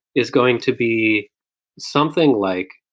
is going to be something like,